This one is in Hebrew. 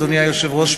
אדוני היושב-ראש,